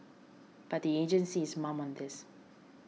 but the agency is mum on this